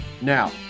Now